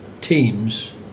teams